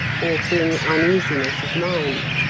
or bring uneasiness of mind.